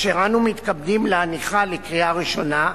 אשר אנו מתכבדים להניחה לקריאה ראשונה,